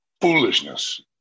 foolishness